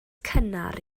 cynnar